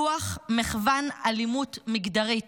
לוח מחוונים של אלימות מגדרית.